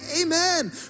amen